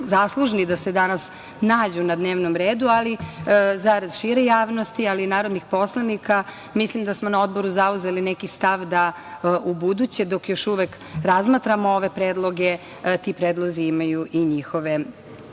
da se danas nađu na dnevno redu, ali zarad šire javnosti, ali i narodnih poslanika, mislim da smo na Odboru zauzeli neki stav da u buduće, dok još uvek razmatramo ove predloge, ti predlozi imaju i njihove